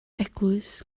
eglwys